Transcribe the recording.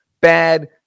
bad